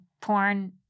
porn